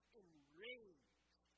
enraged